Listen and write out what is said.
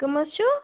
کٔم حظ چھُو